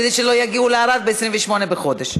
כדי שלא יגיעו לערד ב-28 בחודש.